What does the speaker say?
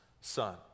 son